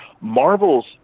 Marvel's